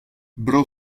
bro